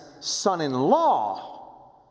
son-in-law